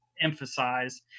emphasize